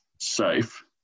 safe